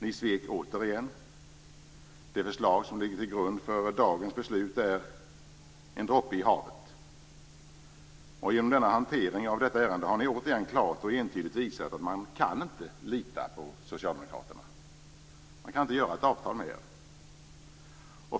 Ni svek återigen. Det förslag som ligger till grund för dagens beslut är en droppe i havet. Genom denna hantering av detta ärende har ni återigen klart och entydigt visat att man inte kan lita på Socialdemokraterna. Man kan inte göra ett avtal med er.